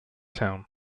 town